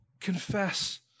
Confess